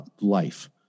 life